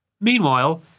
Meanwhile